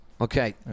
Okay